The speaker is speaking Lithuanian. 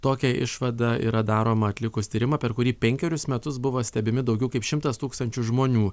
tokia išvada yra daroma atlikus tyrimą per kurį penkerius metus buvo stebimi daugiau kaip šimtas tūkstančių žmonių